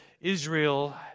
Israel